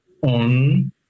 on